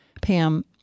Pam